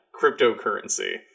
cryptocurrency